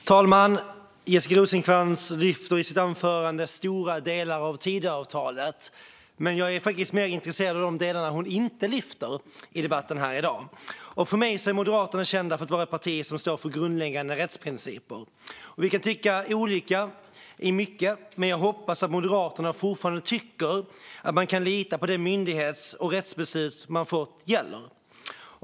Herr talman! Jessica Rosencrantz lyfter i sitt anförande stora delar av Tidöavtalet. Men jag är faktiskt mer intresserad av de delar som hon inte lyfter i debatten här i dag. För mig är Moderaterna kända för att vara ett parti som står för grundläggande rättsprinciper. Vi kan tycka olika om mycket, men jag hoppas att Moderaterna fortfarande tycker att man ska kunna lita på att de myndighets och rättsbeslut som man fått gäller.